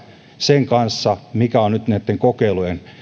sen kanssa mikä on nyt näitten kokeilujen